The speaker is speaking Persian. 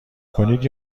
کنید